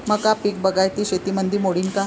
मका पीक बागायती शेतीमंदी मोडीन का?